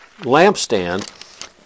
lampstand